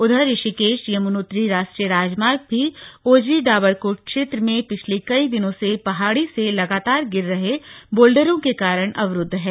उधर ऋषिकेश यमुनोत्री राष्ट्रीय राजमार्ग भी ओजरी डाबरकोट क्षेत्र में पिछले कई दिनों से पहाड़ी से लगातार गिर रहे बोल्डरों के कारण अवरूद्व है